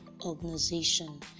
organization